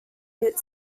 hit